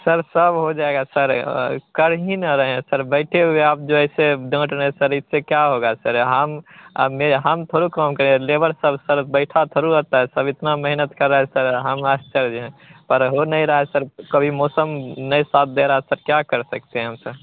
sir सब हो जाएगा सर कर ही न रहे हैं सर बैठे हुए आप जो ऐसे डाँट रहें सर इससे क्या होगा सर हम मैं हम थोड़े काम कर रहे लेबर सब सर बैठा थोड़ी रहता है सब इतना मेहनत कर रहे है सर हम आश्चर्य हैं पर हो नहीं रहा है सर कभी मौसम नहीं साथ दे रहा सर क्या कर सकते हैं हम स